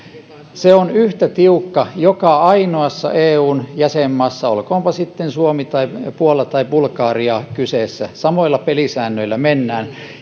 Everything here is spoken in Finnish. on yhtä tiukka joka ainoassa eun jäsenmaassa olkoonpa sitten suomi tai puola tai bulgaria kyseessä samoilla pelisäännöillä mennään